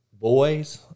boys